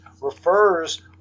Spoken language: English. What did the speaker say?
refers –